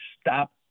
stop